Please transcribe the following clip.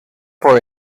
for